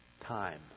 Time